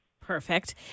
Perfect